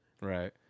right